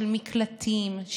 של מקלטים,